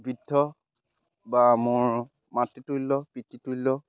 বৃদ্ধ বা মোৰ মাতৃতুল্য পিতৃতুল্য